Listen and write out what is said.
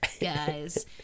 guys